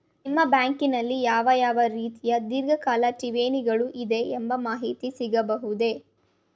ನಿಮ್ಮ ಬ್ಯಾಂಕಿನಲ್ಲಿ ಯಾವ ಯಾವ ರೀತಿಯ ಧೀರ್ಘಕಾಲ ಠೇವಣಿಗಳು ಇದೆ ಎಂಬ ಮಾಹಿತಿ ಸಿಗಬಹುದೇ?